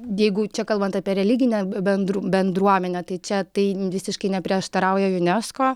jeigu čia kalbant apie religinę bendrų bendruomenę tai čia tai visiškai neprieštarauja junesko